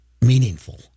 meaningful